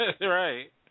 right